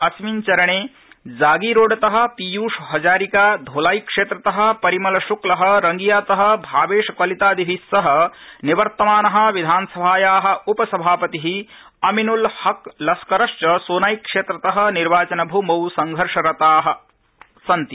अस्मिन् चरणे जागीरोडत पीयूषहजारिका धोलाईक्षद्विपरिमलश्क्लः रंगियात भाबेश कलितादिभि सह निवर्तमान विधानसभाया उपसभापति अमिनुल हक लस्करश्च सोनाई क्षेत्रत निर्वाचनभूमौ संघर्षरता सन्ति